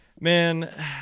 Man